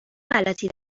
غلطی